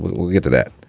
we'll get to that.